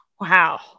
Wow